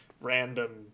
random